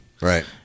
right